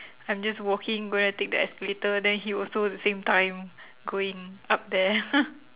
I'm just walking gonna take the escalator then he also the same time going up there